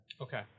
Okay